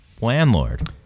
landlord